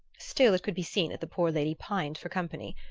still it could be seen that the poor lady pined for company,